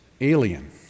alien